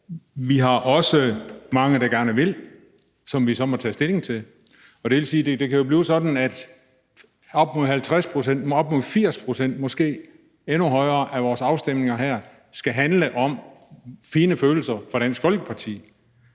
vi har også mange, der gerne vil, som vi så må tage stilling til. Det vil sige, at det kan blive sådan, at op mod 50 pct., op mod 80 pct., måske endnu flere af vores afstemninger her, skal handle om fine følelser for Dansk Folkeparti.